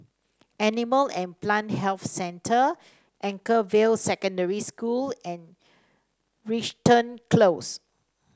Animal and Plant Health Centre Anchorvale Secondary School and Crichton Close